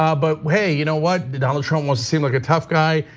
ah but hey, you know what? donald trump wants to seem like a tough guy,